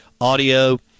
audio